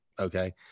Okay